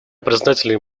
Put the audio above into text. признателен